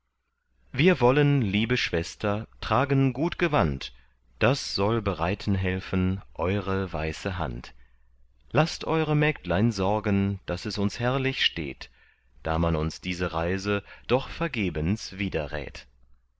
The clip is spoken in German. wir wollen liebe schwester tragen gut gewand das soll bereiten helfen eure weiße hand laßt eure mägdlein sorgen daß es uns herrlich steht da man uns diese reise doch vergebens widerrät